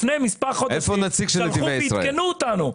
לפני מספר חודשים שלחו ועדכנו אותנו,